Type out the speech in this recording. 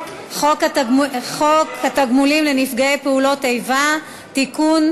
חוק התגמולים לנפגעי פעולות איבה (תיקון,